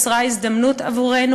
יצרה הזדמנות עבורנו,